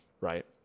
Right